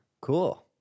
Cool